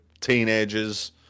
teenagers